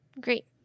Great